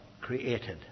created